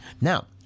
Now